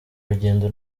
rugendo